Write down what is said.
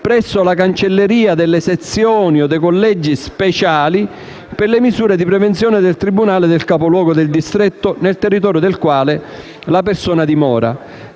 presso la cancelleria delle sezioni o dei collegi speciali per le misure di prevenzione del tribunale del capoluogo del distretto nel territorio del quale la persona dimora.